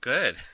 Good